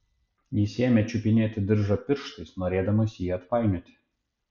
jis ėmė čiupinėti diržą pirštais norėdamas jį atpainioti